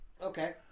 okay